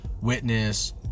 witness